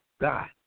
God